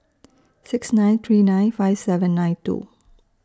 six nine three nine five seven nine two